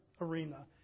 arena